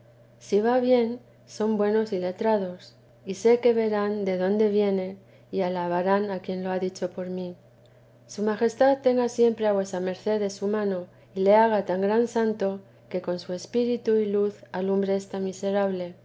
si va bien son buenos y letrados sé que verán de dónde viene y alabarán a quien lo ha dicho por mí su majestad tenga siempre a vuesa merced de su mano y le haga tan gran santo que con su espíritu y luz alumbre a esta miserable